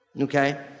Okay